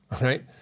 right